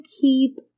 keep